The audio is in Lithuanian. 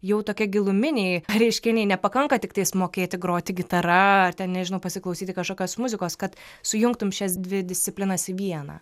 jau tokie giluminiai reiškiniai nepakanka tiktais mokėti groti gitara ar ten nežinau pasiklausyti kažkokios muzikos kad sujungtum šias dvi disciplinas į vieną